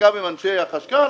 חלקם הם אנשי החשכ"ל,